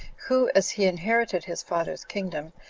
who, as he inherited his father's kingdom,